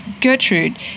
Gertrude